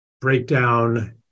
breakdown